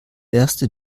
erste